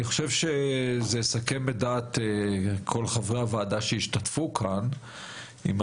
אני חושב שזה יסכם את דעת כל חברי הוועדה שהשתתפו אם אומר